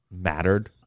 mattered